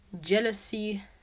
jealousy